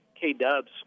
K-Dub's